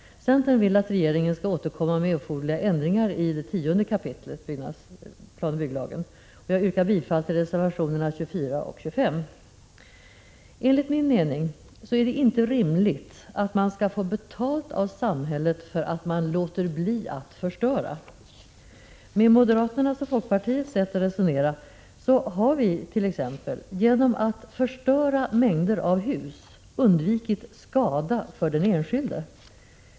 Centern vill att regeringen skall återkomma med erforderliga ändringar i 10 kap. planoch bygglagen. Jag yrkar bifall till reservationerna 24 och 25. Enligt min mening är det inte rimligt att man skall få betalt av samhället för att man låter bli att förstöra. Med moderaternas och folkpartiets sätt att resonera har vi exempelvis genom att förstöra mängder av hus undvikit ”skada” för den enskilde.